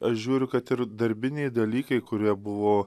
aš žiūriu kad ir darbiniai dalykai kurie buvo